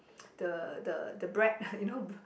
the the the bread you know